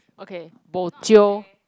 okay bo jio